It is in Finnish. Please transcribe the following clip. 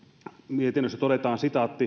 mietinnössä todetaan